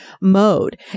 mode